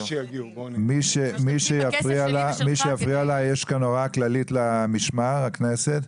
מי שיפריע לה, יש כאן הוראה כללית למשמר הכנסת,